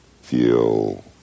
feel